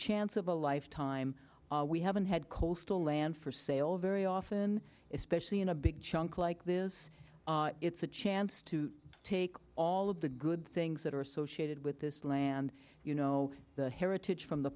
chance of a lifetime we haven't had coastal land for sale very often especially in a big chunk like this it's a chance to take all of the good things that are associated with this land you know the heritage from the